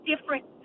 different